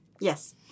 Yes